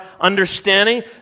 understanding